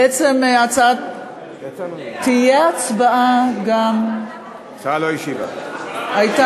בעצם הצעת, רגע, אבל הממשלה השיבה.